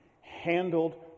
handled